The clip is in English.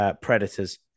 predators